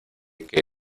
que